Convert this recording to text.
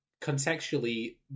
contextually